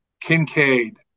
Kincaid